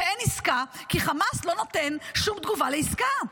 שאין עסקה, כי חמאס לא נותן שום תגובה לעסקה.